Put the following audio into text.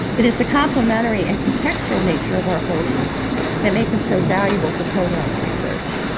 it is a complementary and contextual nature of our holdings that make them so valuable for provenance research.